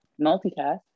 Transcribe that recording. multitask